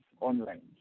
online